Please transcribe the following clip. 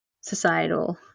societal